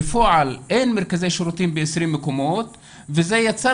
בפועל אין מרכזי שירותים ב-20 מקומות וזה יצר